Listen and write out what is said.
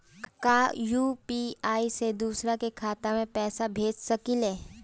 का यू.पी.आई से दूसरे के खाते में पैसा भेज सकी ले?